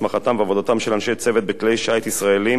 הסמכתם ועבודתם של אנשי צוות בכלי שיט ישראליים